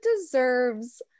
deserves